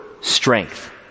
strength